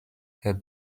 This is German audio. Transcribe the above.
herr